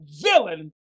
villain